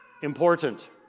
important